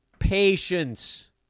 patience